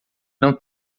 não